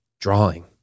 drawing